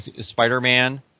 Spider-Man